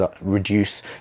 reduce